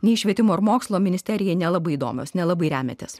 nei švietimo ir mokslo ministerijai nelabai įdomios nelabai remiatės